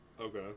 Okay